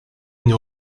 une